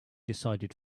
decided